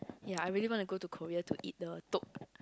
ya I really wanna go to Korea to eat the